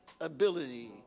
ability